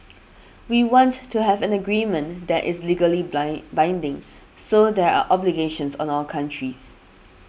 we want to have an agreement that is legally blind binding so there are obligations on all countries